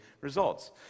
results